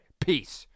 Peace